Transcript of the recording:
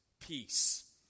peace